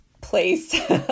place